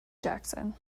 jackson